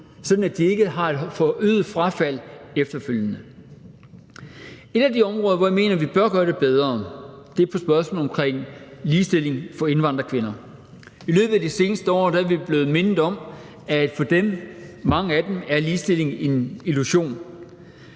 sådan at de ikke har forøget frafald efterfølgende. Et af de områder, hvor jeg mener vi bør gøre det bedre, er på spørgsmålet omkring ligestilling for indvandrerkvinder. I løbet af de seneste år er vi blevet mindet om, at for dem, mange af dem, er ligestilling en illusion.